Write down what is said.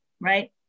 Right